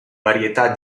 varietà